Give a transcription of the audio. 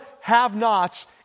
have-nots